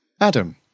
Adam